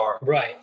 right